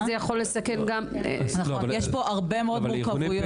יש פה הרבה מאוד מורכבויות.